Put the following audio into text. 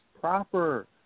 proper